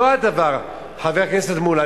אותו הדבר, חבר הכנסת מולה.